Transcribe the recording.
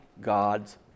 God's